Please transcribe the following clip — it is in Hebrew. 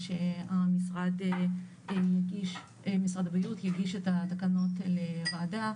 מציעה שמשרד הבריאות יגיש את התקנות לוועדה